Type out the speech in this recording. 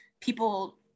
people